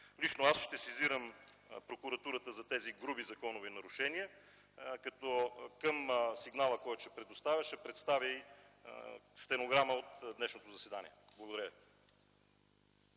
Лично аз ще сезирам прокуратурата за тези груби законови нарушения, като към сигнала, който ще предоставя, ще представя и стенограма от днешното заседание. Благодаря